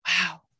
Wow